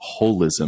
holism